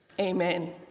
amen